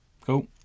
Cool